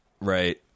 Right